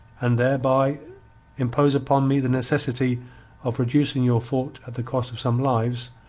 and thereby impose upon me the necessity of reducing your fort at the cost of some lives,